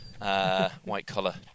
white-collar